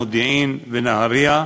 במודיעין ובנהריה,